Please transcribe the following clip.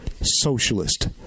socialist